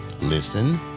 listen